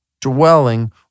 dwelling